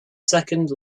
second